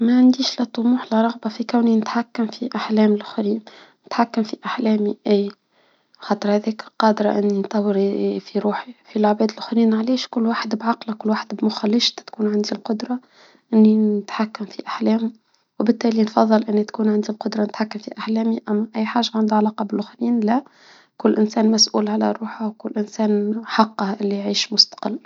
معنديش لا طموح لا رغبة في كوني نتحكم في احلام لخرين نتحكم في احلامي ايه حضرتك قادرة اني في روحي في العباد الاخرين علاش كل واحد بعقلك كل واحد بمخاليهش تكون عندو القدرة. اني نتحكم في احلام وبالتالي نفضل اني تكون عندي القدرة نتحكم في احلامي انا اي حاجة عنده علاقة بالآخرين لا كل انسان مسؤول على روحه كل انسان عنده حقه انه يعيش مستقل